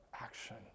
action